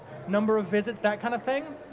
number of visits, that kind of thing,